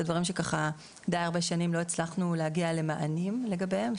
זה דברים שדי הרבה שנים לא הצלחנו להגיע למענים לגביהם,